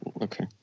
Okay